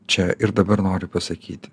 čia ir dabar noriu pasakyti